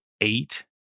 eight